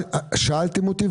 שאלתם אותי,